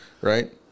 right